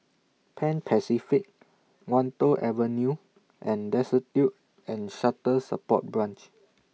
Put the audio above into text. Pan Pacific Wan Tho Avenue and Destitute and Shelter Support Branch